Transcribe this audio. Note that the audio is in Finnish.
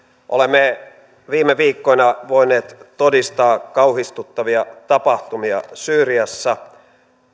olemme viime viikkoina voineet todistaa kauhistuttavia tapahtumia syyriassa